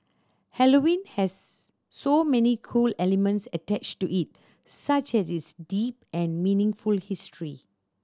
Halloween has so many cool elements attached to it such as its deep and meaningful history